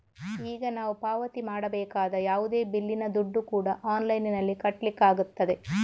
ಈಗ ನಾವು ಪಾವತಿ ಮಾಡಬೇಕಾದ ಯಾವುದೇ ಬಿಲ್ಲಿನ ದುಡ್ಡು ಕೂಡಾ ಆನ್ಲೈನಿನಲ್ಲಿ ಕಟ್ಲಿಕ್ಕಾಗ್ತದೆ